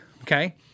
okay